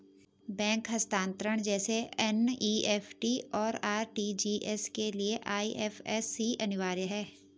bank हस्तांतरण जैसे NEFT, और आर.टी.जी.एस के लिए आई.एफ.एस.सी अनिवार्य है